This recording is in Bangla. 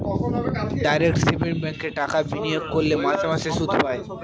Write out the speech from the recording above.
ডাইরেক্ট সেভিংস ব্যাঙ্কে টাকা বিনিয়োগ করলে মাসে মাসে সুদ পায়